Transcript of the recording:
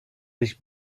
sich